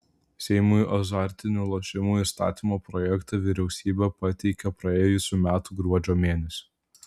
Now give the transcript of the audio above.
seimui azartinių lošimų įstatymo projektą vyriausybė pateikė praėjusių metų gruodžio mėnesį